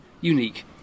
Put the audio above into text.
unique